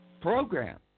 program